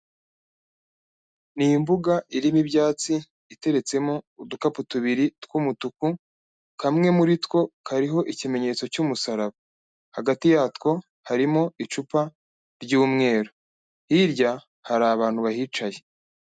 Ni imbuga irimo ibyatsi iteretsemo udukapu tubiri tw'umutuku, kamwe muri two hariho ikimenyetso cy'umusaraba, hagati yatwo harimo icupa ry'umweru, hirya hari abantu bahicaye.